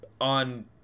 on-